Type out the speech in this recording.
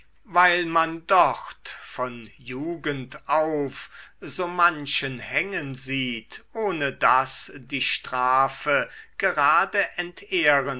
weil man dort von jugend auf so manchen hängen sieht ohne daß die strafe gerade